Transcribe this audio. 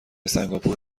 سنگاپور